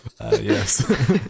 Yes